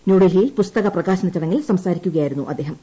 ന്യൂഡൽഹിയിൽ പുസ്തക പ്രകാശന ചടങ്ങിൽ സംസാരിക്കുകയായിരുന്നു അദ്ദേഹം